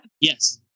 Yes